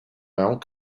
mount